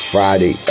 Friday